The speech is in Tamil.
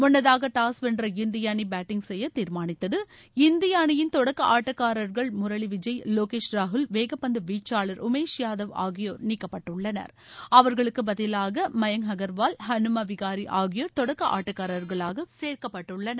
முன்னதாக டாஸ் வென்ற இந்திய அணி பேட்டிங் செய்ய தீர்மானித்தது இந்திய அணியின் தொடக்க ஆட்டக்காரர்கள் முரளி விஜய் லோகேஷ் ராகுல் வேகப்பந்து வீச்சாளர் உமேஷ் யாதவ் ஆகியோர் சேர்க்கப்பட்டுள்ளனர் அவர்களுக்கு பதிலாக மயங்க் அகர்வால் ஹனுமா விகாரி ஆகியோர் தொடக்க ஆட்டக்காரர்களாக களமிறங்குவார்கள்